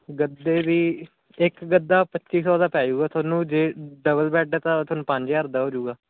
ਗੱਦੇ ਵੀ ਇੱਕ ਗੱਦਾ ਪੱਚੀ ਸੌ ਦਾ ਪੈ ਜਾਵੇਗਾ ਤੁਹਾਨੂੰ ਜੇ ਡਬਲ ਬੈਡ ਤਾਂ ਤੁਹਾਨੂੰ ਪੰਜ ਹਜ਼ਾਰ ਦਾ ਹੋ ਜਾਵੇਗਾ